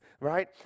right